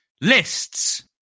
lists